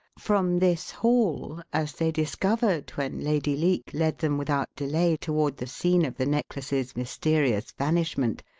from this hall, as they discovered, when lady leake led them without delay toward the scene of the necklace's mysterious vanishment,